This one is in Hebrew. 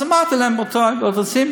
אז אמרתי להם: רבותי,